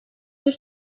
bir